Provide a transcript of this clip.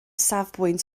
safbwynt